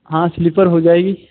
हाँ सिलीपर हो जाएगी